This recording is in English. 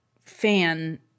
fan